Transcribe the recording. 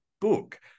book